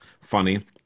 funny